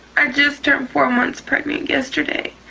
i just turned four months pregnant yesterday.